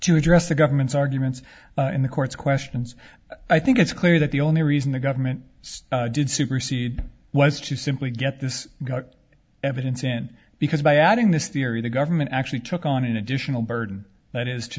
to address the government's arguments in the court's questions i think it's clear that the only reason the government did supersede was to simply get this got evidence in because by adding this theory the government actually took on an additional burden that is to